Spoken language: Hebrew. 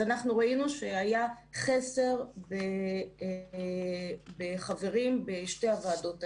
אז ראינו שהיה חסר בחברים בשתי הוועדות האלה.